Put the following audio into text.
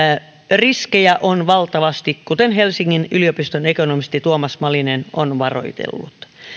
riskejä on valtavasti kuten helsingin yliopiston ekonomisti tuomas malinen on varoitellut